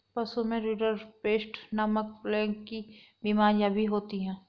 पशुओं में रिंडरपेस्ट नामक प्लेग की बिमारी भी होती है